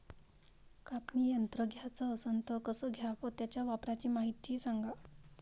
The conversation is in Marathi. कापनी यंत्र घ्याचं असन त कस घ्याव? त्याच्या वापराची मायती सांगा